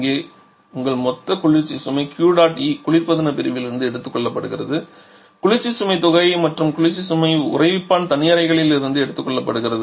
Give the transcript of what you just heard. இங்கே உங்கள் மொத்த குளிர்ச்சி சுமை QEகுளிர்பதன பிரிவிலிருந்து எடுத்துக்கொள்ளப்பட்டது குளிர்ச்சி சுமை தொகை மற்றும் குளிர்ச்சி சுமை உறைவிப்பான் தனியறைகளில் இருந்து எடுத்துக்கொள்ளப்பட்டது